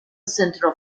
centre